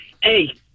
Hey